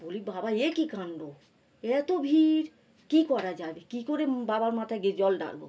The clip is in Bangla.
বলি বাবা এ কি কাণ্ড এত ভিড় কি করা যাবে কি করে বাবার মাথায় গিয়ে জল ঢালবো